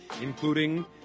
including